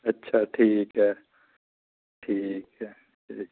अच्छा ठीक ऐ ठीक ऐ